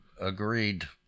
agreed